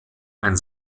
ein